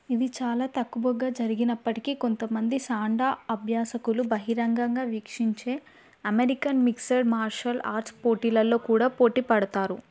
ఇది చాలా తక్కువగా జరిగినప్పటికీ కొంతమంది సాండా అభ్యాసకులు బహిరంగంగా వీక్షించే అమెరికన్ మిక్స్డ్ మార్షల్ ఆర్ట్స్ పోటీలలో కూడా పోటీ పడతారు